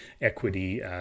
equity